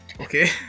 Okay